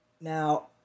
Now